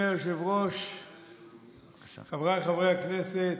לחלק הראשון אני מסכים.